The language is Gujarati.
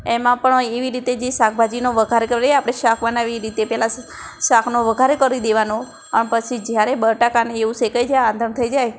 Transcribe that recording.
એમાં પણ એવી રીતે જે શાકભાજીનો વઘાર કરીએ આપણે શાક બનાવીએ એ રીતે પહેલાં શાકનો વઘાર કરી દેવાનો અને પછી જ્યારે બટાકા ને એવું શેકાઈ જાય આંધણ થઈ જાય